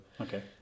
okay